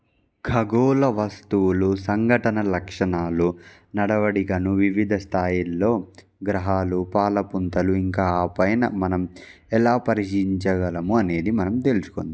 ఖగోళ వస్తువులు సంఘటన లక్షణాలు నడవడిగను వివిధ స్థాయిల్లో గ్రహాలు పాల పుంతలు ఇంకా ఆపైన మనం ఎలా పరిశీలించగలము అనేది మనం తెలుసుుకుందాము